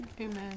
Amen